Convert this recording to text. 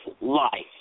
life